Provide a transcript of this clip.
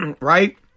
right